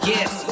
Yes